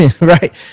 right